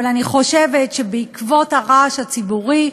אבל אני חושבת שבעקבות הרעש הציבורי,